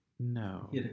No